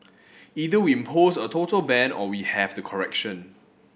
either we impose a total ban or we have the correction